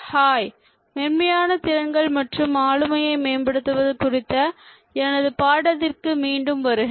hi மென்மையான திறன்கள் மற்றும் ஆளுமையை மேம்படுத்துவது குறித்த எனது பாடத்திற்கு மீண்டும் வருக